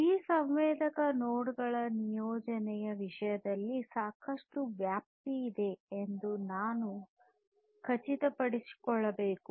ಈ ಸಂವೇದಕ ನೋಡ್ಗಳ ನಿಯೋಜನೆಯ ವಿಷಯದಲ್ಲಿ ಸಾಕಷ್ಟು ವ್ಯಾಪ್ತಿ ಇದೆ ಎಂದು ನಾವು ಖಚಿತಪಡಿಸಿಕೊಳ್ಳಬೇಕು